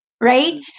right